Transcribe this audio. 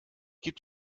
gibt